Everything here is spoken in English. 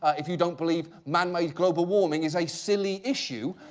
if you don't believe manmade global warming is a silly issue,